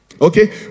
Okay